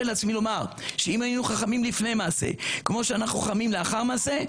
לעצמי לומר שאם היינו חכמים לפני מעשה כמו שאנחנו חכמים לאחר מעשה,